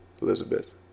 Elizabeth